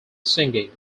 singing